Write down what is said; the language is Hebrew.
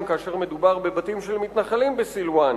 כאשר מדובר בבתים של מתנחלים בסילואן,